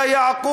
לא ישרוד